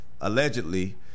allegedly